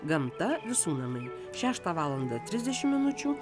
gamta visų namai šeštą valandą trisdešimt minučių